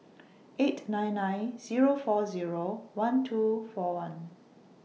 eight nine nine Zero four Zero one two four one